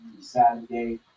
Saturday